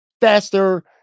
faster